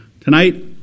Tonight